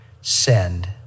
Send